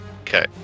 Okay